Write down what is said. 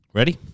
Ready